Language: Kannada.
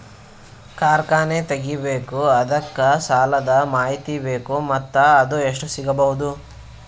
ಕಾರ್ಖಾನೆ ತಗಿಬೇಕು ಅದಕ್ಕ ಸಾಲಾದ ಮಾಹಿತಿ ಬೇಕು ಮತ್ತ ಅದು ಎಷ್ಟು ಸಿಗಬಹುದು?